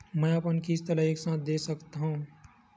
मै अपन किस्त ल एक साथ दे सकत हु का?